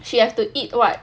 she have to eat what